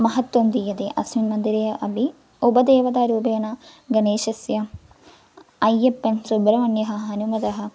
महत्त्वं दीयते अस्मिन् मन्दिरे अपि उपदेवतारूपेण गणेशस्य ऐय्यप्पन् सुब्रह्मण्यः हनुमतः